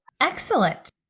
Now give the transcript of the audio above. Excellent